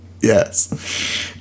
Yes